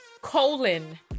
colon